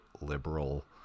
liberal